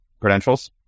credentials